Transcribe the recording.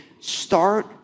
start